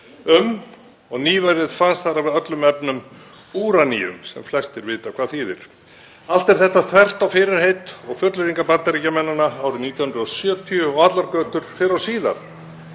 eftir. Nýverið fannst þar, af öllum efnum, úraníum — sem flestir vita hvað þýðir. Allt er þetta þvert á fyrirheit og fullyrðingar Bandaríkjamanna árið 1970 og allar götur fyrr og síðar.